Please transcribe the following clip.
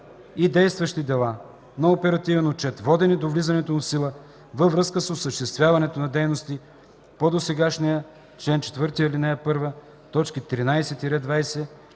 и действащи дела на оперативен отчет, водени до влизането му в сила във връзка с осъществяването на дейности по досегашния чл. 4, ал. 1, т. 13-20